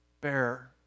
bear